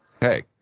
Hey